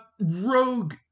Rogue